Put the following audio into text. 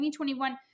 2021